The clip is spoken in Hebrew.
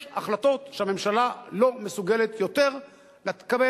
יש החלטות שהממשלה לא מסוגלת יותר לקבל